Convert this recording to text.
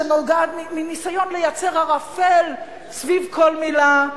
שנולדה מניסיון לייצר ערפל סביב כל מלה,